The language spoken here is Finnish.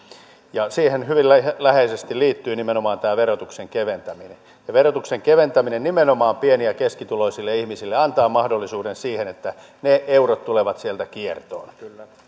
ja siihen hyvin läheisesti liittyy nimenomaan tämä verotuksen keventäminen verotuksen keventäminen nimenomaan pieni ja keskituloisille ihmisille antaa mahdollisuuden siihen että ne eurot tulevat sieltä kiertoon